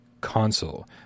console